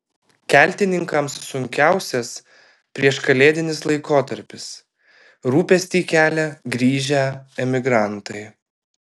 keltininkams sunkiausias prieškalėdinis laikotarpis rūpestį kelia grįžę emigrantai